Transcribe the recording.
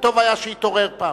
וטוב היה שיתעורר פעם.